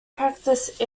practice